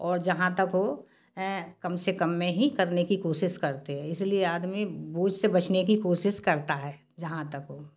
और जहाँ तक हो कम से कम मे ही करने की कोशिश करते हैं इस लिए आदमी बोझ से बचने की कोशिश करता है जहाँ तक हो